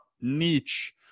niche